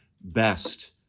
best